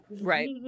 Right